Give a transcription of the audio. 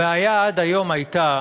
הבעיה עד היום הייתה